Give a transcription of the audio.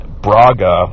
Braga